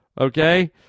Okay